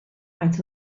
maent